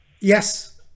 Yes